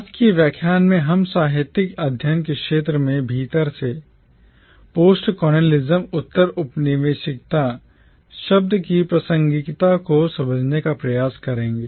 आज के व्याख्यान में हम साहित्यिक अध्ययन के क्षेत्र के भीतर से postcolonialism उत्तर औपनिवेशिकता शब्द की प्रासंगिकता को समझने का प्रयास करेंगे